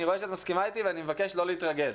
אני רואה מסכימה איתי ואני מבקש לא להתרגל.